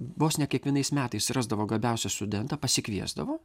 vos ne kiekvienais metais rasdavo gabiausią studentą pasikviesdavo